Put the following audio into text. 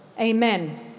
Amen